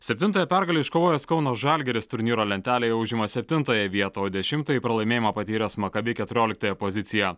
septintąją pergalę iškovojęs kauno žalgiris turnyro lentelėje užima septintąją vietą o dešimtąjį pralaimėjimą patyręs makabi keturioliktąją poziciją